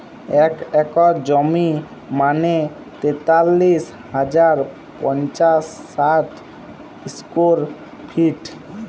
এক একর জমি মানে তেতাল্লিশ হাজার পাঁচশ ষাট স্কোয়ার ফিট